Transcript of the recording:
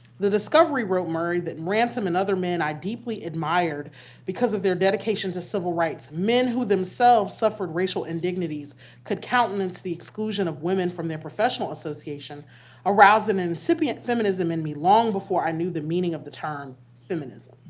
the discovery, wrote murray, that and ransom and other men i deeply admired because of their dedication to civil rights, men who themselves suffered racial indignities could countenance the exclusion of women from their professional association aroused an incipient feminism in me long before i knew the meaning of the term feminism.